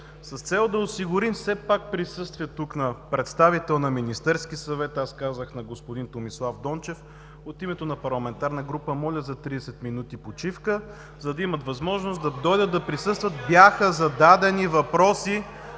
с цел да осигурим все пак присъствие тук на представител на Министерския съвет, аз казах на господин Томислав Дончев, от името на парламентарна група моля за 30 минути почивка, за да имат възможност да дойдат, да присъстват. (Шум и реплики.)